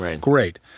Great